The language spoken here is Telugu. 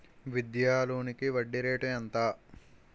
విద్యా లోనికి వడ్డీ రేటు ఎంత?